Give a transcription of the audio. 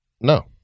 No